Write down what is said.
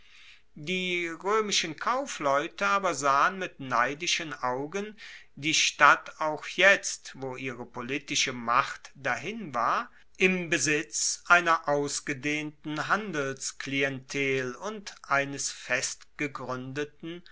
die roemischen kaufleute aber sahen mit neidischen augen die stadt auch jetzt wo ihre politische macht dahin war im besitz einer ausgedehnten handelsklientel und eines